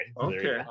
okay